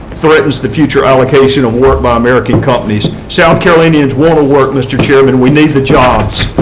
threatens the future allocation of work by american companies. south carolinians want to work, mr. chairman. we need the jobs.